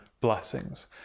blessings